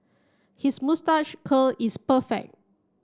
his moustache curl is perfect